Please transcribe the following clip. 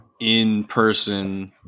in-person